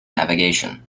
navigation